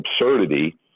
absurdity